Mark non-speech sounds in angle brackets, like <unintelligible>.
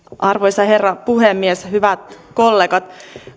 <unintelligible> arvoisa herra puhemies hyvät kollegat